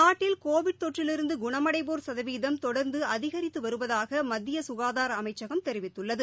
நாட்டில் கோவிட் தொற்றிலிருந்து குணமடைவோா் சதவீதம் தொடா்ந்து அதிகாித்து வருவதாக மத்திய சுகாதார அமைச்சகம் தெரிவித்துள்ளது